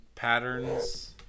patterns